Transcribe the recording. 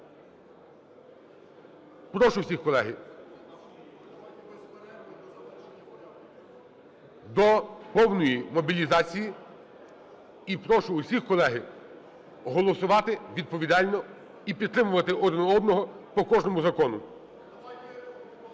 Прошу всіх, колеги, до повної мобілізації і прошу всіх, колеги, голосувати відповідально, і підтримувати один одного по кожному закону.